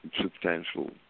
substantial